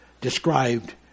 described